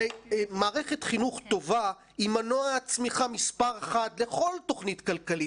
הרי מערכת חינוך טובה היא מנוע צמיחה מספר אחת לכל תוכנית כלכלית,